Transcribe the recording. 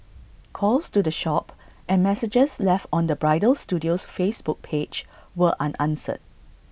calls to the shop and messages left on the bridal studio's Facebook page were unanswered